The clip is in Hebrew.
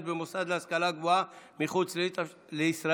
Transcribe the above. במוסד להשכלה גבוהה מחוץ לישראל),